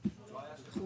בעניין.